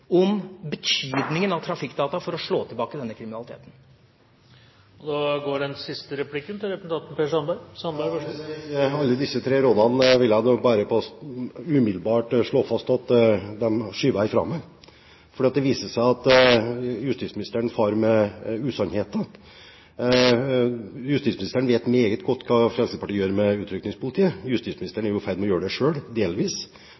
om betydningen av trafikkdata for å slå tilbake denne kriminaliteten. Jeg vil bare umiddelbart slå fast at alle disse tre rådene skyver jeg fra meg. For det viser seg at justisministeren farer med usannheter. Justisministeren vet meget godt hva Fremskrittspartiet gjør med utrykningspolitiet. Justisministeren er jo delvis